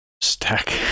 stack